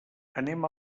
anem